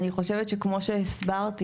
אני חושבת שכמו שהסברתי,